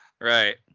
Right